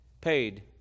paid